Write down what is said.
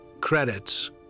credits